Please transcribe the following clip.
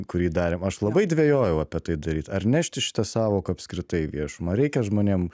kurį darėm aš labai dvejojau apie tai daryt ar nešti šitą sąvoką apskritai į viešumą ar reikia žmonėm